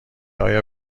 آیا